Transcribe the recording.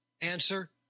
Answer